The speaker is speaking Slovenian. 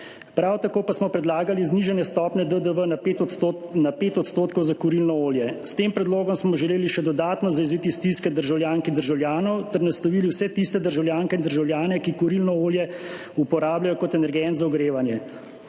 Prav tako pa smo predlagali znižanje stopnje DDV na 5 % za kurilno olje. S tem predlogom smo želeli še dodatno zajeziti stiske državljank in državljanov ter naslovili vse tiste državljanke in državljane, ki kurilno olje uporabljajo kot energent za ogrevanje.